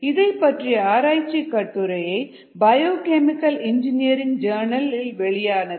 இதைப் பற்றிய ஆராய்ச்சி கட்டுரை பயோகெமிக்கல் இன்ஜினியரிங் ஜேர்ணல் இல் வெளியானது